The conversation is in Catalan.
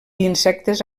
insectes